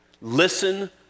Listen